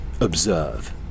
Observe